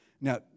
Now